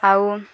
ଆଉ